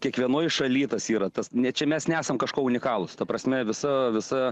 kiekvienoje šalyje tas yra tas ne čia mes nesam kažkuo unikalūs ta prasme visa visa